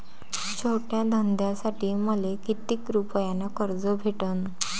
छोट्या धंद्यासाठी मले कितीक रुपयानं कर्ज भेटन?